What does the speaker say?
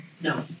No